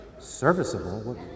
Serviceable